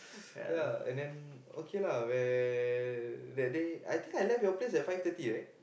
ya and then okay lah where that day I think I left your place at five thirty right